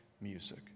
music